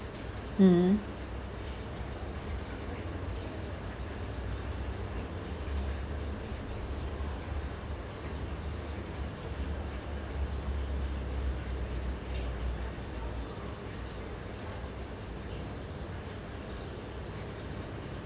mm